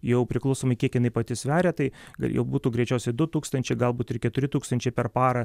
jau priklausomai kiek jinai pati sveria tai gal jau būtų greičiausiai du tūkstančiai galbūt ir keturi tūkstančiai per parą